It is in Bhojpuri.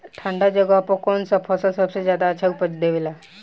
ठंढा जगह पर कौन सा फसल सबसे ज्यादा अच्छा उपज देवेला?